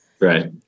Right